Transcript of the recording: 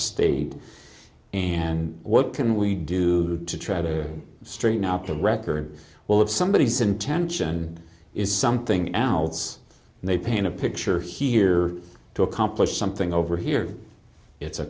state and what can we do to try to straighten out the record well of somebody said intention is something else they paint a picture here to accomplish something over here it's a